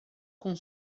com